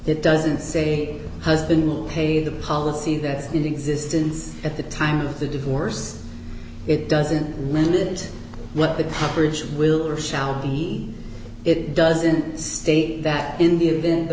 that doesn't say husband will pay the policy that's in existence at the time of the divorce it doesn't mean it what the average will or shall be it doesn't state that in the event the